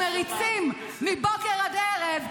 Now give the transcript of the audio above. ----- שאתם מריצים מבוקר ועד ערב,